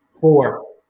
Four